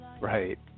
Right